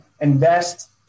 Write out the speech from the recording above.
invest